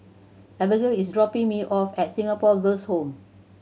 Abagail is dropping me off at Singapore Girls' Home